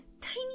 tiny